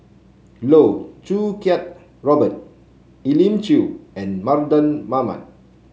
Loh Choo Kiat Robert Elim Chew and Mardan Mamat